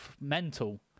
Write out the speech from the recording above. mental